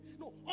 No